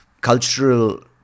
cultural